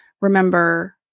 remember